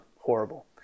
horrible